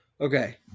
Okay